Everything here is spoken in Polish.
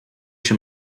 się